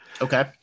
Okay